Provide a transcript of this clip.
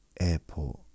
Airport